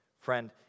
Friend